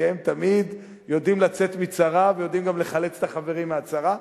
כי הם תמיד יודעים לצאת מצרה ויודעים גם לחלץ את החברים מהצרה,